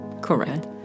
Correct